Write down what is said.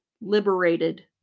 liberated